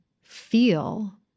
feel